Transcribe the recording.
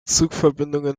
zugverbindungen